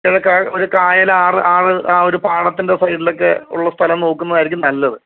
കിഴക്ക് ആ ഒരു കായൽ ആറ് ആറ് ആ ഒരു പാടത്തിൻ്റെ സൈഡിലൊക്കെ ഉള്ള സ്ഥലം നോക്കുന്നതായിരിക്കും നല്ലത്